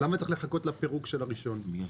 למה צריך לחכות לפירוק של הראשון?